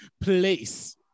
place